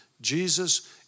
Jesus